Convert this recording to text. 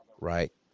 Right